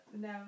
No